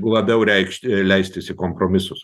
labiau reikšt leistis į kompromisus